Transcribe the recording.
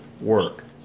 work